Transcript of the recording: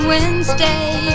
Wednesday